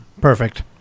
perfect